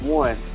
one